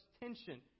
tension